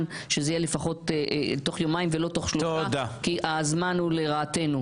שזה יהיה לפחות תוך יומיים ולא תוך שלושה כי הזמן הוא לרעתנו.